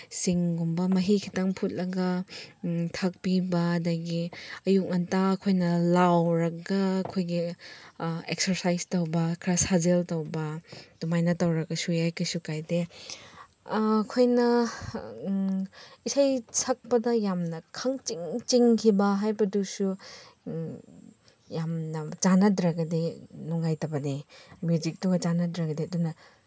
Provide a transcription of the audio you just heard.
ꯁꯤꯡꯒꯨꯝꯕ ꯃꯍꯤ ꯈꯤꯇꯪ ꯐꯨꯠꯂꯒ ꯊꯛꯄꯤꯕ ꯑꯗꯒꯤ ꯑꯌꯨꯛ ꯉꯟꯇꯥ ꯑꯩꯈꯣꯏꯅ ꯂꯥꯎꯔꯒ ꯑꯩꯈꯣꯏꯒꯤ ꯑꯦꯛꯁꯔꯁꯥꯏꯁ ꯇꯧꯕ ꯈꯔ ꯁꯥꯖꯦꯜ ꯇꯧꯕ ꯑꯗꯨꯃꯥꯏꯅ ꯇꯧꯔꯒꯁꯨ ꯌꯥꯏ ꯀꯩꯁꯨ ꯀꯥꯏꯗꯦ ꯑꯩꯈꯣꯏꯅ ꯏꯁꯩ ꯁꯛꯄꯗ ꯌꯥꯝꯅ ꯈꯪꯆꯤꯡ ꯆꯤꯡꯈꯤꯕ ꯍꯥꯏꯕꯗꯨꯁꯨ ꯌꯥꯝꯅ ꯆꯥꯟꯅꯗ꯭ꯔꯒꯗꯤ ꯅꯨꯡꯉꯥꯏꯇꯕꯅꯤ ꯃ꯭ꯌꯨꯖꯤꯛꯇꯨꯒ ꯆꯥꯟꯅꯗ꯭ꯔꯒꯗꯤ ꯑꯗꯨꯅ